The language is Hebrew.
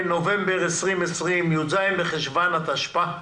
י"ז בחשון התשפ"א,